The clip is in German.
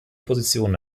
positionen